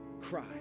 cry